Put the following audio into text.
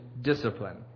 discipline